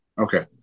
Okay